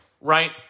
right